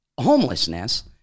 homelessness